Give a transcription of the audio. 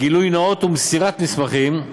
(גילוי נאות ומסירת מסמכים),